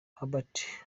herbert